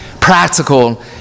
practical